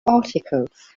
articles